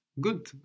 Good